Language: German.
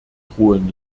drohen